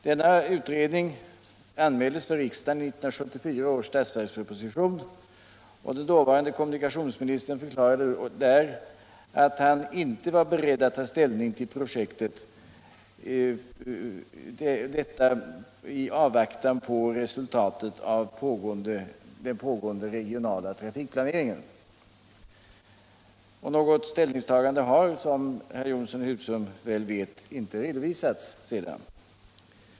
Denna utredning anmäldes för riksdagen i 1974 års statsverksproposition, och den dåvarande kommunikationsministern förklarade där att han inte var beredd att ta ställning till projektet, detta i avvaktan på resultatet av den pågående regionala trafikplaneringen. Något ställningstagande har, som herr Jonsson i Husum väl vet, inte redovisats sedan.